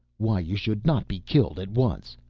why you should not be killed at once?